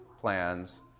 plans